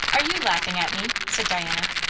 are you laughing at me? said diana.